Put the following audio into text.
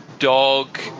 Dog